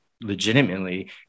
legitimately